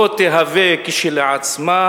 כשלעצמה